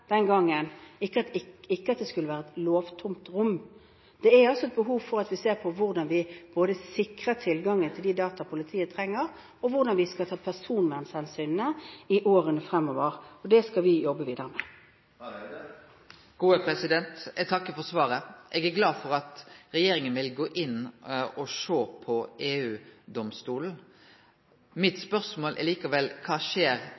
ikke at det skulle være et lovtomt rom. Det er altså behov for at vi ser på hvordan vi både sikrer tilgangen til de data politiet trenger, og hvordan vi skal ta personvernhensynene i årene fremover, og det skal vi jobbe videre med. Eg takkar for svaret. Eg er glad for at regjeringa vil gå inn og sjå på EU-domstolen. Mitt spørsmål er likevel: Kva skjer